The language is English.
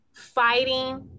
fighting